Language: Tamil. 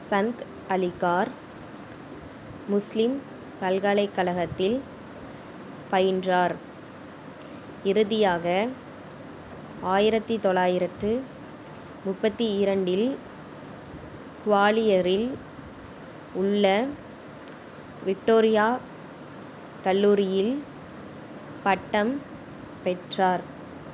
சந்த் அலிகார் முஸ்லீம் பல்கலைக்கழகத்தில் பயின்றார் இறுதியாக ஆயிரத்தி தொள்ளாயிரத்து முப்பத்தி இரண்டில் குவாலியரில் உள்ள விக்டோரியா கல்லூரியில் பட்டம் பெற்றார்